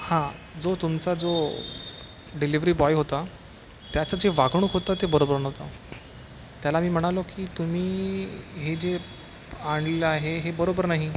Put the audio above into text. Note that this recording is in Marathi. हां जो तुमचा जो डिलिव्हरी बॉय होता त्याचं जे वागणूक होतं ते बरोबर नव्हतं त्याला मी म्हणालो की तुम्ही हे जे आणलं आहे हे बरोबर नाही